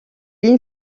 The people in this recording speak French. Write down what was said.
ligne